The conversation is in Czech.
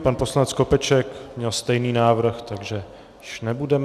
Pan poslanec Skopeček měl stejný návrh, takže již nebudeme...